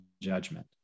judgment